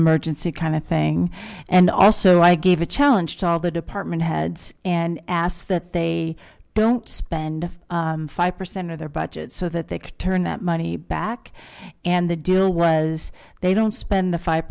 emergency kind of thing and also i gave a challenge to all the department heads and asked that they don't spend five percent of their budget so that they could turn that money back and the deal was they don't spend the five